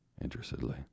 interestedly